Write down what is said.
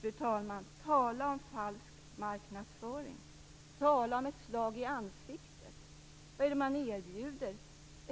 Fru talman! Tala om falsk marknadsföring! Tala om ett slag i ansiktet! Vad är det man erbjuder? Jo, det är